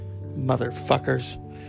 motherfuckers